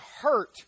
hurt